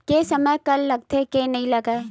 के समय कर लगथे के नइ लगय?